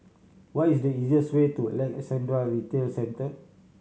what is the easiest way to Alexandra Retail Centre